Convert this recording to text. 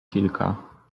kilka